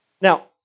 Now